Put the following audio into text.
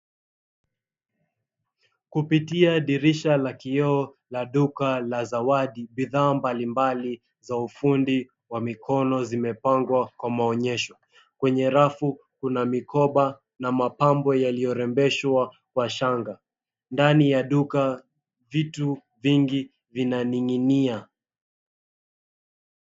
Kupitia dirisha la kioo la duka la zawadi bidhaa mbalimbali za ufundi wa mikono zimepangwa kwa maonyesho. Kwenye rafu kuna mikoba na mapambo yaliyorembeshwa kwa shanga. Ndani ya duka vitu vingi vinaning'inia.